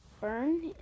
Burn